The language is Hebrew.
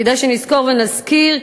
כדאי שנזכור ונזכיר,